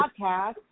podcast